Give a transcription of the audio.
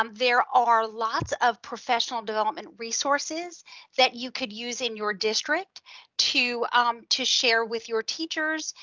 um there are lots of professional development resources that you could use in your district to um to share with your teachers,